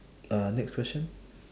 uh next question